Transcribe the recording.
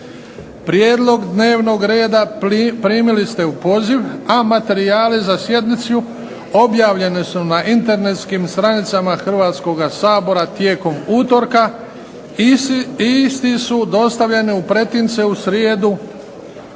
Prijedlog dnevnog reda primili ste u pozivu, a materijale za sjednicu objavljeni su na internetskim stranicama Hrvatskoga sabora tijekom utorka. Isti su dostavljeni u pretince u srijedu